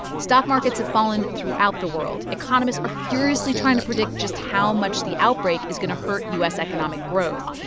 stock markets have fallen throughout the world, economists are furiously trying to predict just how much the outbreak is going to hurt u s. economic growth,